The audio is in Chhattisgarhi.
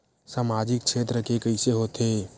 सामजिक क्षेत्र के कइसे होथे?